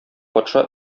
патша